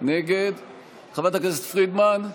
נגד; חברת הכנסת פרידמן,